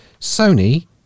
Sony